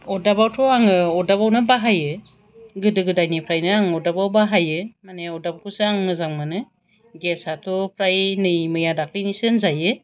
अरदाबावथ' आङो अरदाबावनो बाहायो गोदो गोदायनिफ्रायनो आङो अरदाबाव बाहायो माने अरदाबखौसो आं मोजां मोनो गेसआथ' प्राय नै मैया दाख्लैनिसो होनजायो